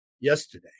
Yesterday